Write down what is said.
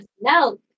no